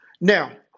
Now